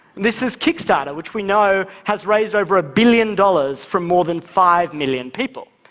this is kickstarter, which we know has raised over a billion dollars from more than five million people.